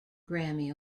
grammy